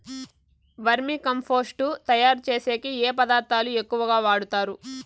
వర్మి compost తయారుచేసేకి ఏ పదార్థాలు ఎక్కువగా వాడుతారు